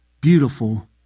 beautiful